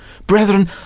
Brethren